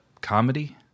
comedy